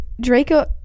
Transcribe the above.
Draco